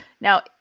now